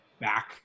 back